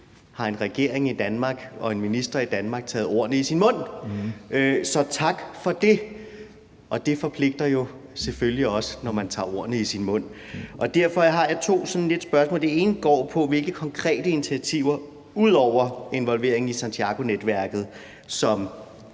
har en regering i Danmark og en minister i Danmark taget ordene i sin mund. Så tak for det! Det forpligter jo selvfølgelig også, når man tager ordene i sin mund. Derfor har jeg to spørgsmål. Det ene går på, hvilke konkrete initiativer ud over involvering i Santiagonetværket